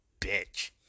bitch